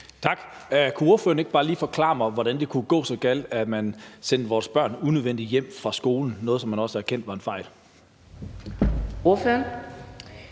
Tak. Kunne ordføreren ikke bare lige forklare mig, hvordan det kunne gå så galt, at man sendte vores børn unødvendigt hjem fra skole; noget, som man også har erkendt var en fejl? Kl.